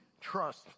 trust